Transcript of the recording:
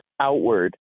outward